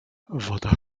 woda